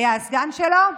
היה הסגן שלו,